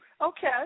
Okay